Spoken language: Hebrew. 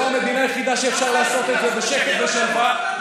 זו המדינה היחידה שאפשר לעשות את זה בשקט ושלווה,